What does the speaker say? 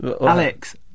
Alex